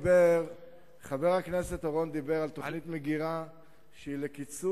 חבר הכנסת אורון דיבר על תוכנית מגירה לקיצוץ